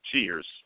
cheers